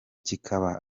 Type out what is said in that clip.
kikaba